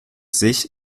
sich